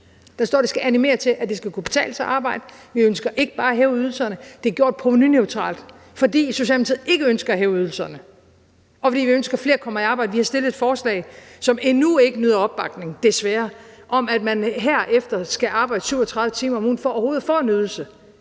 Der står, at det skal animere til, at det skal kunne betale sig at arbejde. Vi ønsker ikke bare at hæve ydelserne. Det er gjort provenuneutralt, fordi Socialdemokratiet ikke ønsker at hæve ydelserne, og fordi vi ønsker, at flere kommer i arbejde. Vi har fremsat et forslag, som endnu ikke nyder opbakning – desværre – om, at man herefter skal arbejde 37 timer om ugen for overhovedet at få en ydelse.